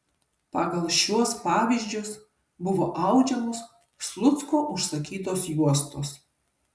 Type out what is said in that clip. pagal šiuos pavyzdžius buvo audžiamos slucko užsakytos juostos